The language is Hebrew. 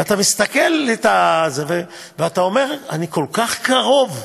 ואתה מסתכל ואומר: אני כל כך קרוב,